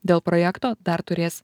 dėl projekto dar turės